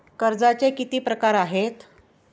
कर्जाचे किती प्रकार आहेत?